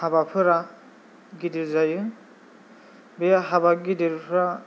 हाबाफोरा गिदिर जायो बे हाबा गिदिरफ्रा